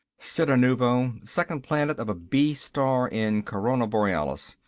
cittanuvo. second planet of a b star in corona borealis.